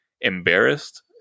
embarrassed